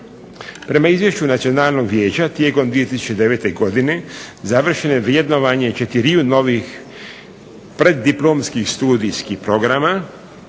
Prema izvješću Nacionalnog vijeća tijekom 2009. godine završeno je vrednovanje 4 novih preddiplomskih studijskih programa,